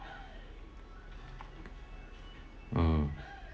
hmm